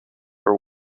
were